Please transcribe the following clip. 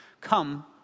come